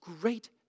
great